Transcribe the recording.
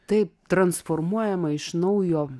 taip transformuojama iš naujo